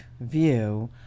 view